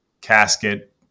casket